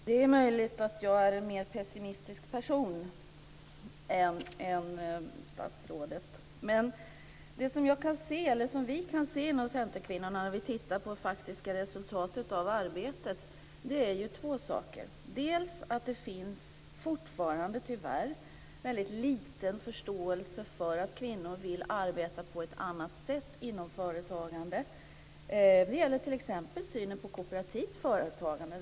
Fru talman! Det är möjligt att jag är en mer pessimistisk person än statsrådet. Det som vi inom Centerkvinnorna kan se när vi tittar på det faktiska resultatet av arbetet är två saker. Det finns fortfarande tyvärr väldigt liten förståelse för att kvinnor vill arbeta på ett annat sätt inom företagande. Det gäller t.ex. synen på kooperativt företagande.